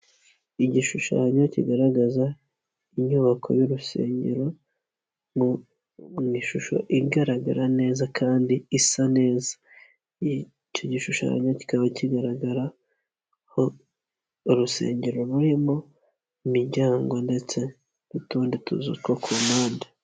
Igishushanyo kigaragaza inyubako y'urusengero mu ishusho igaragara neza kandi isa neza, icyo gishushanyo kikaba kigaragaraho urusengero rurimo imiryango ndetse n'utundi tuzu two ku mpande.